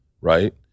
right